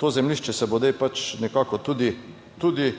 to zemljišče se bo zdaj pač nekako tudi